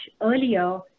earlier